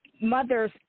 mothers